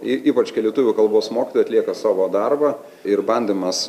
ir ypač kai lietuvių kalbos mokytoja atlieka savo darbą ir bandymas